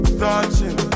touching